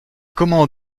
comment